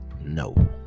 No